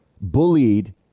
bullied